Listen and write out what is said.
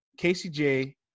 KCJ